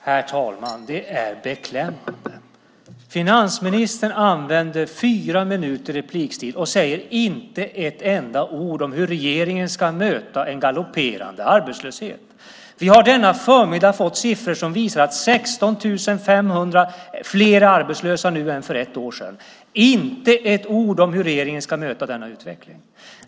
Herr talman! Det är beklämmande. Finansministern använder fyra minuter och säger inte ett enda ord om hur regeringen ska möta en galopperande arbetslöshet. Vi har denna förmiddag fått siffror som visar att 16 500 fler är arbetslösa nu än för ett år sedan. Inte ett ord sägs om hur regeringen ska möta denna utveckling.